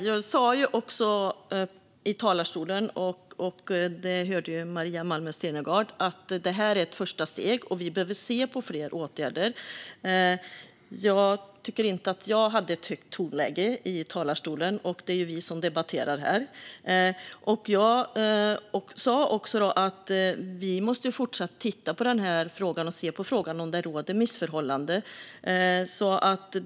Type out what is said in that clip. Fru talman! Jag sa i talarstolen - och det hörde Maria Malmer Stenergard - att detta är ett första steg och att vi behöver titta på fler åtgärder. Jag tycker inte att jag hade ett högt tonläge i talarstolen, och det är ju vi som debatterar här. Jag sa också att vi måste fortsatt titta på den här frågan och se om det råder missförhållanden.